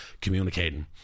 communicating